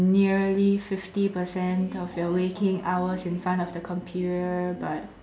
nearly fifty percent of your waking hours in front of the computer but